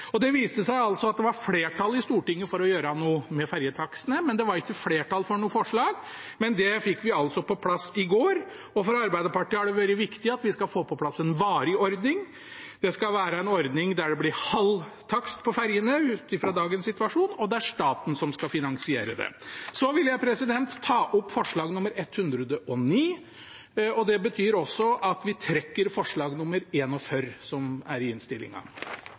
Det viste seg altså at det var flertall i Stortinget for å gjøre noe med ferjetakstene, men det var ikke flertall for noe forslag. Det fikk vi altså på plass i går. For Arbeiderpartiet har det vært viktig at vi skal få på plass en varig ordning. Det skal være en ordning der det blir halv takst på ferjene ut fra dagens situasjon, og det er staten som skal finansiere det. Så vil jeg ta opp forslag nr. 109, og det betyr at vi trekker forslag nr. 41 i innstillingen. Representanten Sverre Myrli har tatt opp det forslaget han refererte til. Ferjeprisar er